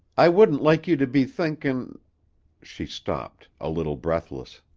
i wouldn't like you to be thinkin' she stopped, a little breathless.